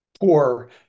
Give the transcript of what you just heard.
poor